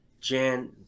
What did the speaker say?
Jan